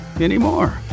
anymore